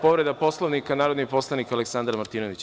Povreda Poslovnika, narodni poslanik Aleksandar Martinović.